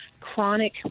chronic